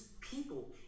people